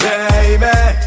Baby